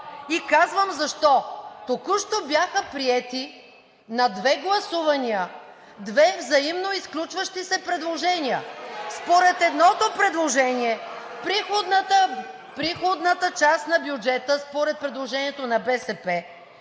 и казвам защо. Току-що бяха приети на две гласувания две взаимно изключващи се предложения. (Шум и реплики от ДПС.) Според едното предложение приходната част на бюджета – според предложението на ДПС